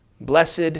Blessed